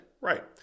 Right